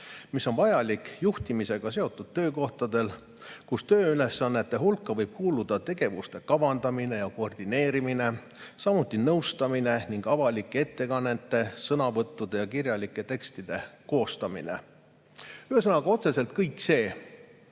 mis on vajalik juhtimisega seotud töökohtadel, kus tööülesannete hulka võib kuuluda tegevuste kavandamine ja koordineerimine, samuti nõustamine ning avalike ettekannete, sõnavõttude ja kirjalike tekstide koostamine. Ühesõnaga, otseselt kõik see,